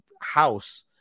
house